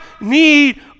need